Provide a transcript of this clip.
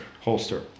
Holster